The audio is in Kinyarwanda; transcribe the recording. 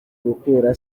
gukura